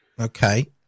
okay